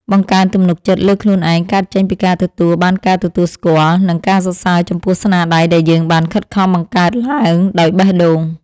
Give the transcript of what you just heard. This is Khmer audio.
បង្កើនទំនុកចិត្តលើខ្លួនឯងកើតចេញពីការទទួលបានការទទួលស្គាល់ និង ការសរសើរចំពោះស្នាដៃដែលយើងបានខិតខំបង្កើតឡើងដោយបេះដូង។